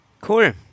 cool